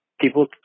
people